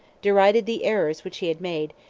derided the errors which he had made,